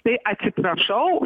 tai atsiprašau